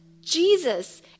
Jesus